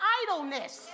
idleness